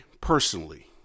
personally